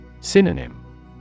Synonym